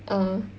ah